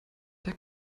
der